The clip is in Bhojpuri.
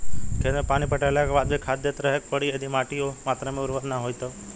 खेत मे पानी पटैला के बाद भी खाद देते रहे के पड़ी यदि माटी ओ मात्रा मे उर्वरक ना होई तब?